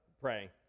pray